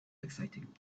exciting